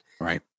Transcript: Right